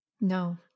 No